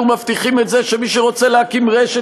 אנחנו מבטיחים את זה שמי שרוצה להקים רשת